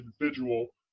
individual